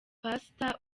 pastor